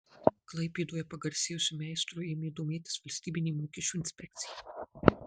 klaipėdoje pagarsėjusiu meistru ėmė domėtis valstybinė mokesčių inspekcija